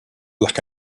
like